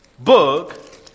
book